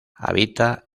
habita